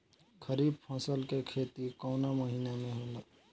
खरीफ फसल के खेती कवना महीना में होला?